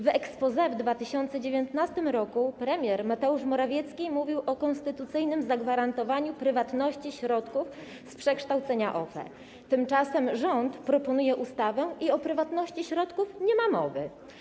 W exposé w 2019 r. premier Mateusz Morawiecki mówił o konstytucyjnym zagwarantowaniu prywatności środków z przekształcenia OFE, tymczasem rząd proponuje ustawę i o prywatności środków nie ma mowy.